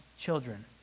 children